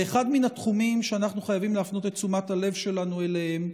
אחד מן התחומים שאנחנו חייבים להפנות את תשומת הלב שלנו אליהם,